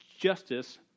Justice